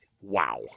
Wow